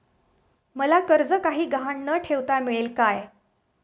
मला कर्ज काही गहाण न ठेवता मिळेल काय?